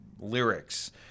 lyrics